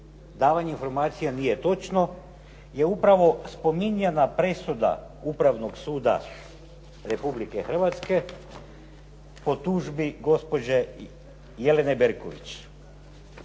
davanja informacija nije točno je upravo spominjanja presuda Upravnog suda Republike Hrvatske po tužbi gospođe Jelene Berković.